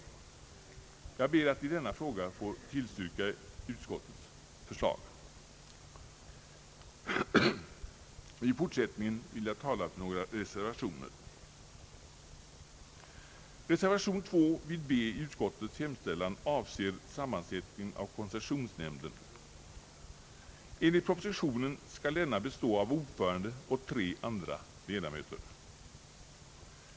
Jag ber att i denna fråga få tillstyrka utskottets förslag. I fortsättningen vill jag tala för några reservationer. Reservation II vid B i utskottets hemställan avser sammansättningen av koncessionsnämnden. Enligt propositionen skall denna bestå av ordförande och tre andra ledamöter.